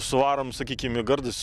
suvarom sakykim į gardus